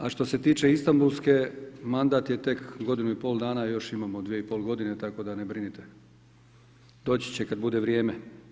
A što se tiče Istambulske, mandat je tek godinu i pol dana, još imamo dvije i pol godine, tako da ne brinite, doći će kad bude vrijeme.